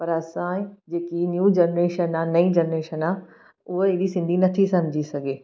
पर असांजी जेकी न्यू जनरेशन आहे नईं जनरेशन आहे उहा एॾी सिंधी नथी सम्झी सघे